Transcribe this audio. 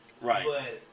Right